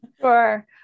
Sure